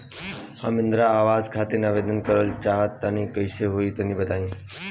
हम इंद्रा आवास खातिर आवेदन करल चाह तनि कइसे होई तनि बताई?